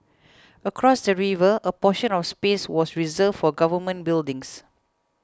across the river a portion of space was reserved for government buildings